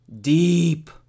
deep